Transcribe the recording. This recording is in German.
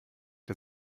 der